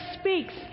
speaks